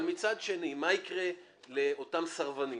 אבל מצד שני, מה יקרה לאותם סרבנים?